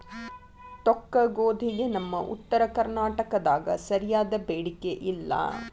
ತೊಕ್ಕಗೋಧಿಗೆ ನಮ್ಮ ಉತ್ತರ ಕರ್ನಾಟಕದಾಗ ಸರಿಯಾದ ಬೇಡಿಕೆ ಇಲ್ಲಾ